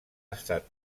estat